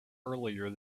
earlier